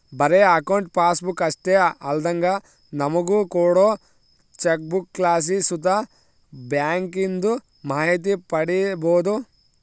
ಬರೇ account passbook ಅಷ್ಟೇ ಅಲ್ದಂಗ ನಮುಗ ಕೋಡೋ ಚೆಕ್ಬುಕ್ಲಾಸಿ ಸುತ ಬ್ಯಾಂಕಿಂದು ಮಾಹಿತಿ ಪಡೀಬೋದು